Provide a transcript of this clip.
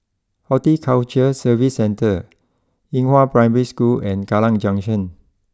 Horticulture Services Centre Xinghua Primary School and Kallang Junction